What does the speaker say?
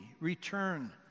Return